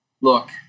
Look